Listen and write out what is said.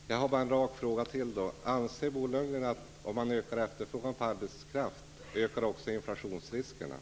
Herr talman! Jag har bara ytterligare en rak fråga. Anser Bo Lundgren att risken för inflation ökar om man ökar efterfrågan på arbetskraft?